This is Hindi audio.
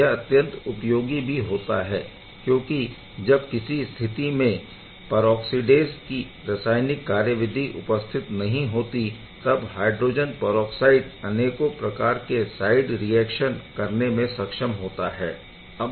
यह अत्यंत उपयोगी भी होता है क्योंकि जब किसी स्थिति में परऑक्सीडेस की रासायनिक कार्यविधि उपस्थित नहीं होती तब हायड्रोजन परऑक्साइड अनेकों प्रकार के साइड रिएक्शन करने में सक्षम होता है